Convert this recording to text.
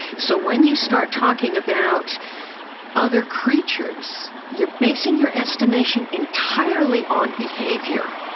so when you start talking about other creatures, you're basing your estimation entirely on behaviour.